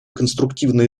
конструктивно